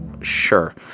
sure